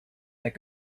that